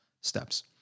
Steps